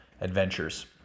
adventures